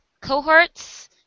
cohorts